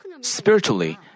Spiritually